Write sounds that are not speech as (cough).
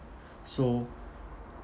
(breath) so